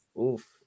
Oof